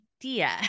idea